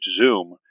Zoom